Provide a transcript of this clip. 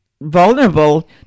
vulnerable